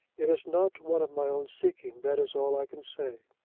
it is not one of my own seeking that is all i can say.